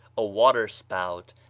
a water-spout,